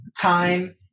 time